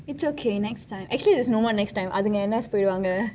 it's okay next time actually there's no more next time அதுங்க என்ன:athunka enna spirit வாங்க:vanka